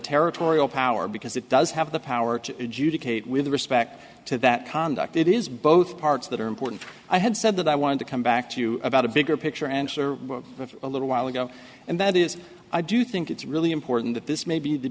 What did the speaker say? territorial power because it does have the power to adjudicate with respect to that conduct it is both parts that are important i had said that i wanted to come back to you about a bigger picture answer of a little while ago and that is i do think it's really important that this may be the